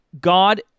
God